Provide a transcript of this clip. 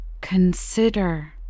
Consider